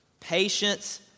patience